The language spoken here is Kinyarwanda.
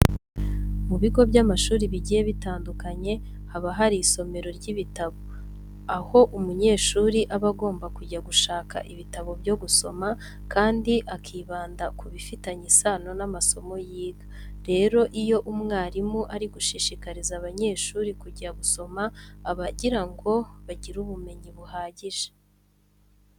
Mu bigo by'amashuri bigiye bitandukanye haba hari isomero ry'ibitabo, aho umunyeshuri aba agomba kujya gushaka ibitabo byo gusoma kandi akibanda ku bifitanye isano n'amasomo yiga. Rero iyo umwarimu ari gushishikariza abanyeshuri kujya gusoma aba agira ngo bagire ubumenyi buhagije.